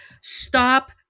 Stop